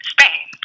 Spain